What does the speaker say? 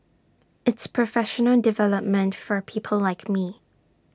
it's professional development for people like me